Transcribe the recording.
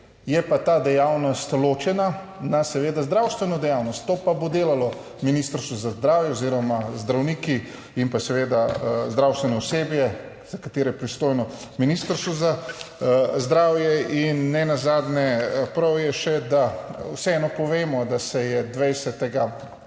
Je pa ta dejavnost ločena na zdravstveno dejavnost, to pa bo delalo Ministrstvo za zdravje oziroma zdravniki in seveda zdravstveno osebje, za katero je pristojno Ministrstvo za zdravje. Nenazadnje, prav je še, da vseeno povemo, da se je 20. 1.